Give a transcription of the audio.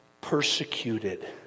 persecuted